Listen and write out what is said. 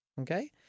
Okay